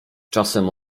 czasem